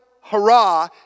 hurrah